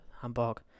Hamburg